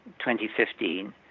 2015